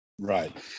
Right